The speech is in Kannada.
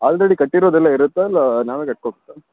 ಆಲ್ರೆಡಿ ಕಟ್ಟಿರೋದು ಎಲ್ಲ ಇರುತ್ತಾ ಇಲ್ಲ ನಾವೇ ಕಟ್ಕೋಬೇಕಾ